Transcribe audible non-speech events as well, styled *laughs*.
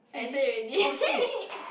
I say already *laughs*